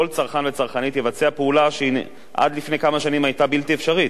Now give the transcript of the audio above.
כל צרכן וצרכנית יבצעו פעולה שעד לפני כמה שנים היתה בלתי אפשרית,